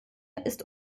ist